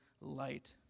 light